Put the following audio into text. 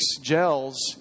gels